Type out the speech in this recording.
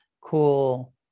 cool